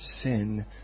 Sin